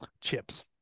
chips